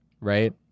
Right